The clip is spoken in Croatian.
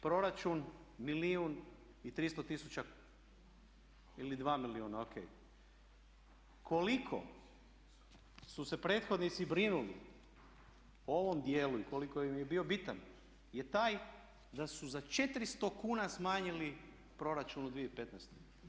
Proračun milijun i 300 tisuća ili dva milijuna, o.k. Koliko su se prethodnici brinuli o ovom dijelu i koliko im je bio bitan je taj da su za 400 kuna smanjili proračun u 2015.